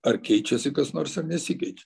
ar keičiasi kas nors ar nesikeičia